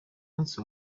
munsi